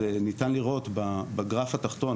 ניתן לראות בגרף התחתון,